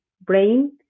brain